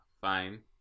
Fine